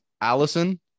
Allison